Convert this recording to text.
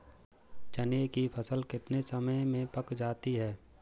चने की फसल कितने समय में पक जाती है?